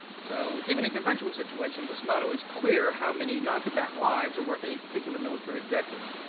so even in conventional situations is not always clear how many noncombatant lives worth any particular military objective.